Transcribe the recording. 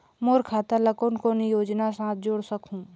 मोर खाता ला कौन कौन योजना साथ जोड़ सकहुं?